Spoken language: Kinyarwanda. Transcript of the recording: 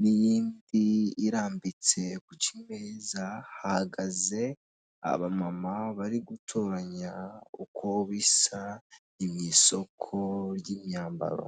n'iyindi irambitse ku kimeza hagaze abama bari gutoranya, uko bisa mu isoko ry'imyambaro.